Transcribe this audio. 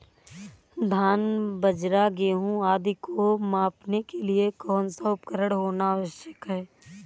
धान बाजरा गेहूँ आदि को मापने के लिए कौन सा उपकरण होना आवश्यक है?